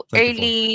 early